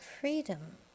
freedom